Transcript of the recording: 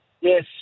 Yes